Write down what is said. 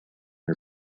her